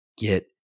get